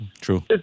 True